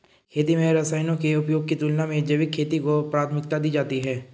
खेती में रसायनों के उपयोग की तुलना में जैविक खेती को प्राथमिकता दी जाती है